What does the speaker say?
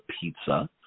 pizza